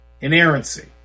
Inerrancy